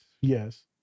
Yes